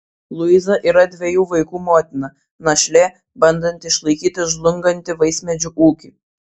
luiza yra dviejų vaikų motina našlė bandanti išlaikyti žlungantį vaismedžių ūkį